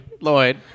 Lloyd